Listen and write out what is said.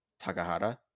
Takahara